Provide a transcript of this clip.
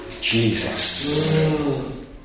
Jesus